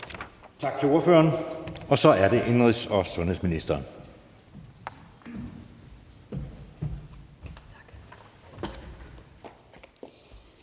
Tak til ordføreren. Så er det indenrigs- og sundhedsministeren.